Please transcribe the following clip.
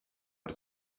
per